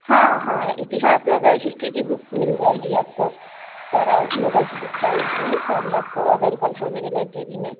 हाँ हाँ इतिहास वगैरह हिस्ट्री की बुक मिल जाएगी आपको सारा नोबल्स बुक हैं जितनी सारी आपको अवैलेबल हैं मेरे लाइब्रेरी में